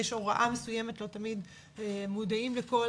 יש הוראה מסוימת שלא תמיד מודעים לכל